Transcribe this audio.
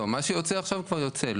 מה שיוצא עכשיו, כבר יוצא.